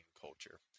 culture